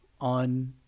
on